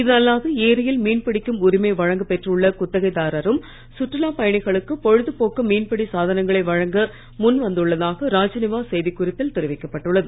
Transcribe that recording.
இது அல்லாது ஏரியில் மீன் பிடிக்கும் உரிமை வழங்கப்பெற்றுள்ள குத்ததைதாரரும் சுற்றுலாப் பயணிகளுக்கு பொழுதுபோக்கு மீன்பிடி சாதனங்களை வழங்க முன் வந்துள்ளதாக ராஜ்நிவாஸ் செய்தி குறிப்பில் தெரிவிக்கப்பட்டுள்ளது